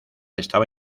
estaba